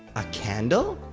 a candle?